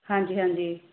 ਹਾਂਜੀ ਹਾਂਜੀ